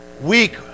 weak